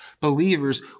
believers